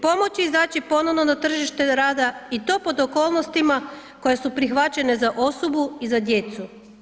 Pomoći, izaći ponovno na tržište rada i to pod okolnostima koje su prihvaćene za osobu i za djecu.